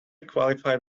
qualified